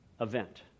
event